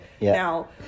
now